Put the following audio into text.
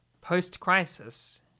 post-crisis